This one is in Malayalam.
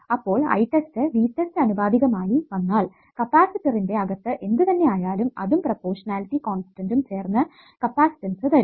അപ്പോൾ I test V test ആനുപാതികമായി വന്നാൽ കപ്പാസിറ്ററിന്റെ അകത്തു എന്ത് തന്നെ ആയാലും അതും പ്രൊപോർഷണാലിറ്റി കോൺസ്റ്റന്റും ചേർന്ന് കപ്പാസിറ്റന്സ് തരും